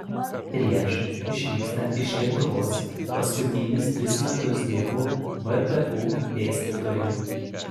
prieš išvykstant iš lietuvos paskutinius tris metus dirbau vpu dėstytoju